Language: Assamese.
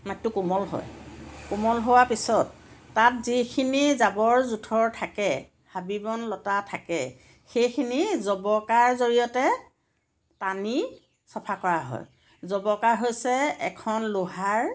মাটিতো কোমল হয় কোমল হোৱাৰ পিছত তাত যিখিনি জাবৰ জোঁথৰ থাকে হাবি বন লতা থাকে সেইখিনি জবকাৰ জৰিয়তে টানি চাফা কৰা হয় জবকা হৈছে এখন লোহাৰ